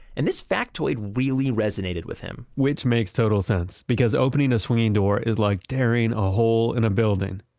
and this factoid really resonated with him which makes total sense, because opening a swinging door is like tearing a hole in a building.